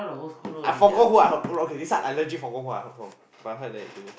I forgot who I heard okay this one I legit I forgot who I heard from but I heard that you